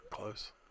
Close